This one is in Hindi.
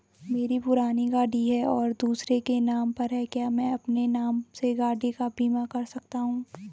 मेरी पुरानी गाड़ी है और दूसरे के नाम पर है क्या मैं अपने नाम से गाड़ी का बीमा कर सकता हूँ?